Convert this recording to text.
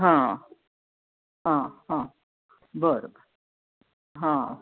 हां हां हां बरं हां